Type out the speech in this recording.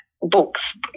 books